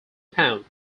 pound